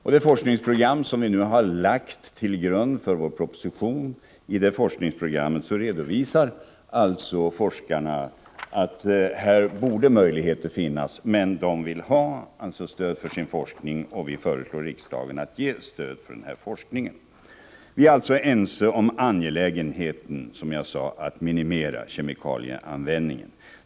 I det forskningsprogram som vi nu lagt till grund för vår proposition redovisar forskarna att det borde finnas sådana möjligheter — men de vill ha stöd för sin forskning, och vi föreslår riksdagen att ge sådant stöd. Som vi sade är vi alltså överens om angelägenheten av att minska kemikalieanvändningen.